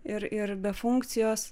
ir ir be funkcijos